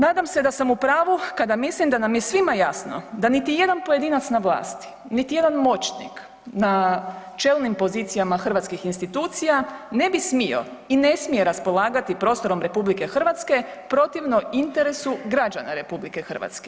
Nadam se da sam u pravu kada mislim da nam je svima jasno da niti jedan pojedinac na vlasti, niti jedan moćnik na čelnim pozicijama hrvatskih institucija ne bi smio i ne smije raspolagati prostorom RH protiv interesu građana RH.